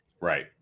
Right